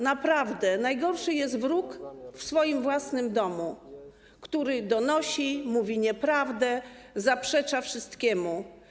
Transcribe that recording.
Naprawdę najgorszy jest wróg w swoim własnym domu, który donosi, mówi nieprawdę, zaprzecza wszystkiemu.